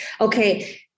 okay